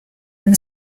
than